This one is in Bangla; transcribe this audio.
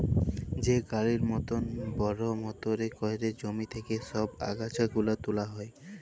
যে গাড়ির মতল বড়হ মটরে ক্যইরে জমি থ্যাইকে ছব আগাছা গুলা তুলা হ্যয়